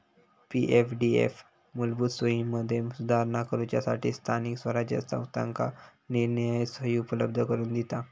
पी.एफडीएफ मूलभूत सोयींमदी सुधारणा करूच्यासठी स्थानिक स्वराज्य संस्थांका निरनिराळे सोयी उपलब्ध करून दिता